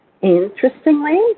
Interestingly